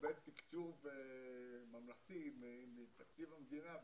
תקבל תקצוב ממלכתי מתקציב המדינה,